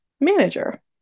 manager